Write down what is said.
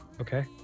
Okay